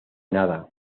nada